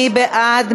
מי בעד?